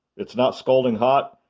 it's not scalding hot.